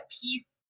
peace